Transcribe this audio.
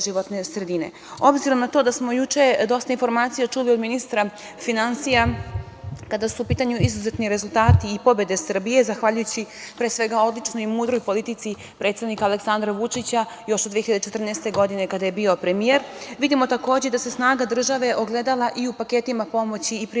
sredine. Obzirom na to da smo juče dosta informacija čuli od ministra finansija kada su u pitanju izuzetni rezultati i pobede Srbije, zahvaljujući pre svega odlučnoj i mudroj politici predsednika Aleksandra Vučića još od 2014. godine kada je bio premijer, vidimo takođe i da se snaga države ogledala i u paketima pomoći i privredi